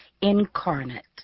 incarnate